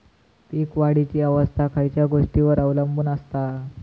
पीक वाढीची अवस्था खयच्या गोष्टींवर अवलंबून असता?